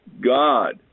God